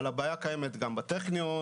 אבל הבעיה קיימת גם בטכניון,